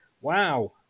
Wow